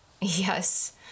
Yes